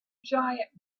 giant